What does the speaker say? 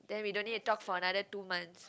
then we don't need to talk for another two months